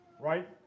right